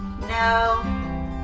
no